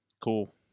Cool